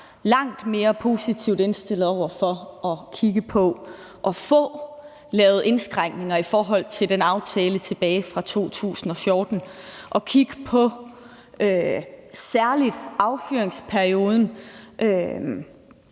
langt mere positivt indstillet over for at kigge på at få lavet nogle indskrænkninger i forhold til aftalen tilbage fra 2014 og at kigge på særlig affyringsperioden.